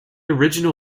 original